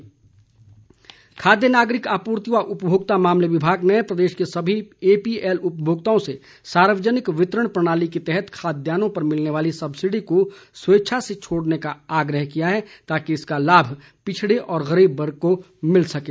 subsidy खाद्य नागरिक आपूर्ति व उपभोक्ता मामले विभाग ने प्रदेश के सभी एपीएल उपभोक्ताओं से सार्वजनिक वितरण प्रणाली के तहत खाद्यान्नों पर मिलने वाली सब्सिडी को स्वेच्छा से छोड़ने का आग्रह किया है ताकि इस का लाभ पिछड़े व गरीब वर्ग को मिल सकें